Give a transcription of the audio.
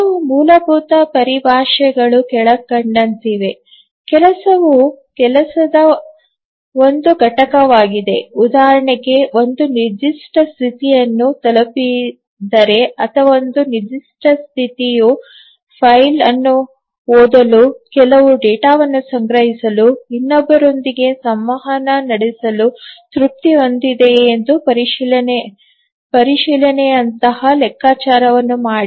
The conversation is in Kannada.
ಕೆಲವು ಮೂಲಭೂತ ಪರಿಭಾಷೆಗಳು ಕೆಳಕಂಡಂತಿವೆ ಕೆಲಸವು ಕೆಲಸದ ಒಂದು ಘಟಕವಾಗಿದೆ ಉದಾಹರಣೆಗೆ ಒಂದು ನಿರ್ದಿಷ್ಟ ಸ್ಥಿತಿಯನ್ನು ತಲುಪಿದ್ದರೆ ಅಥವಾ ಒಂದು ನಿರ್ದಿಷ್ಟ ಸ್ಥಿತಿಯು ಫೈಲ್ ಅನ್ನು ಓದಲು ಕೆಲವು ಡೇಟಾವನ್ನು ಸಂಗ್ರಹಿಸಲು ಇನ್ನೊಬ್ಬರೊಂದಿಗೆ ಸಂವಹನ ನಡೆಸಲು ತೃಪ್ತಿ ಹೊಂದಿದೆಯೆ ಎಂದು ಪರಿಶೀಲನೆಯಂತಹ ಲೆಕ್ಕಾಚಾರವನ್ನು ಮಾಡಿ